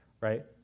right